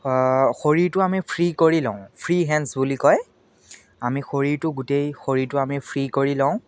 শৰীৰটো আমি ফ্ৰী কৰি লওঁ ফ্ৰী হেণ্ডছ বুলি কয় আমি শৰীৰটো গোটেই শৰীৰটো আমি ফ্ৰী কৰি লওঁ